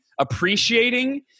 appreciating